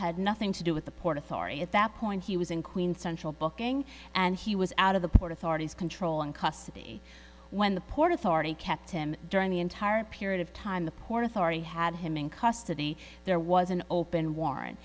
had nothing to do the port authority at that point he was in queens central booking and he was out of the port authorities controlling custody when the port authority kept him during the entire period of time the port authority had him in custody there was an open warr